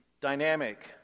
dynamic